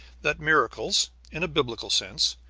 that miracles, in a biblical sense,